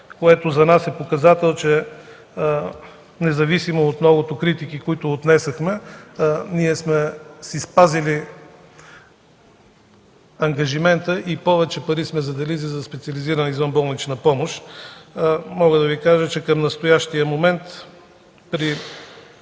което за нас е показател, че независимо от многото критики, които отнесохме, ние сме спазили ангажимента и повече пари сме заделили за специализирана извънболнична помощ. Мога да Ви кажа, че към настоящия момент при